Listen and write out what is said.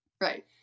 Right